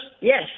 Yes